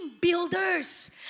builders